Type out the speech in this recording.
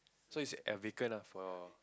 so it's a vacant ah for